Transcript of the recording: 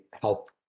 help